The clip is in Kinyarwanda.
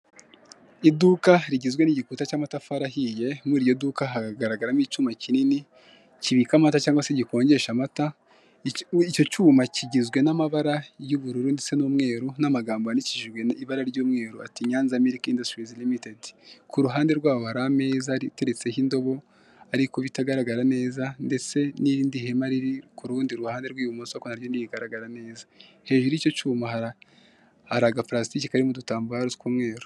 Iduka rigizwe n'igikuta cy'amatafari ahiye muri iryo duka hagaragaramo icyuma kinini kibika amata cyangwa se gikonjesha amata icyo cyuma kigizwe n'amabara y'ubururu ndetse n'umweru n'amagambo yandikishijwe ibara ry'umweru ati 'nyanza milki industry ltd' ku ruhande rwabo hari ameza iteretseho indobo, ariko bitagaragara neza, ndetse n'irindi hema riri ku rundi ruhande rw'ibumoso ko nari ntigaragara neza hari agaparasitike karimo udutambaro tw'umweru.